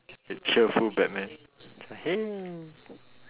the cheerful Batman like hey